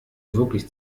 wirklich